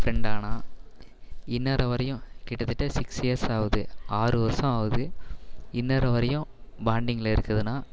ஃப்ரெண்டானான் இன்றை வரையும் கிட்டத்தட்ட சிக்ஸ் இயர்ஸ் ஆகுது ஆறு வருடம் ஆகுது இன்றை வரையும் பாண்டிங்கில் இருக்குதுனால்